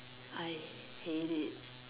I hate it